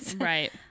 right